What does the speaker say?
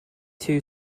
two